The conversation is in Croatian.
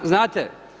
Znate?